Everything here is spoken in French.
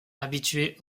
habitué